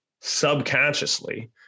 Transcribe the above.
subconsciously